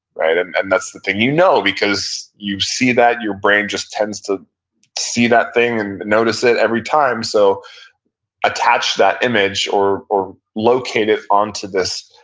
and and that's the thing you know because you see that, your brain just tends to see that thing, and notice it every time, so attach that image or or locate it onto this,